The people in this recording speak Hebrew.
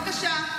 בבקשה.